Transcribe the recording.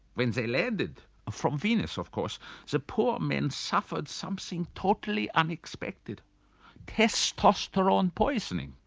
when they landed from venus of course the poor men suffered something totally unexpected testosterone poisoning.